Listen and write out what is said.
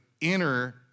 inner